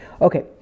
okay